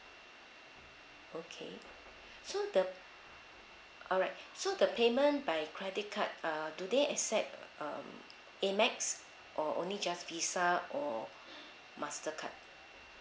okay so the alright so the payment by credit card uh do they accept uh amex or only just visa or mastercard